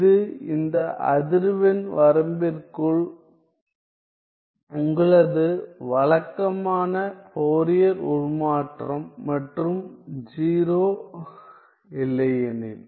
இது இந்த அதிர்வெண் வரம்பிற்குள் உங்களது வழக்கமான ஃபோரியர் உருமாற்றம் மற்றும் 0 இல்லையெனில்